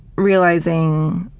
realizing